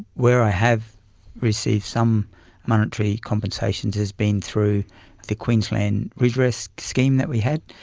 where i have received some monetary compensation has been through the queensland redress scheme that we had,